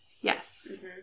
Yes